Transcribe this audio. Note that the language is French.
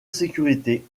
sécurité